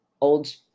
old